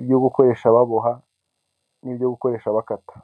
ibyo gukoresha baboha n'ibyo gukoresha bakata.